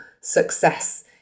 success